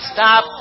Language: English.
Stop